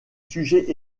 sujets